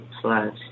plus